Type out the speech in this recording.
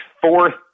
fourth